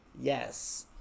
Yes